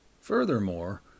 Furthermore